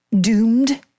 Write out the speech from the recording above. doomed